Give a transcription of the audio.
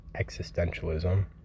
existentialism